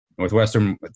Northwestern